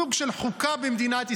סוג של חוקה במדינת ישראל.